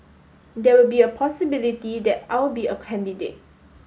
there will be a possibility that I'll be a candidate